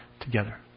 together